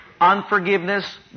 unforgiveness